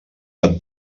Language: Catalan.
cap